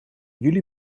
jullie